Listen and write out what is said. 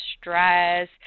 stress